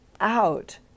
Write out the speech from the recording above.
out